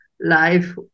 life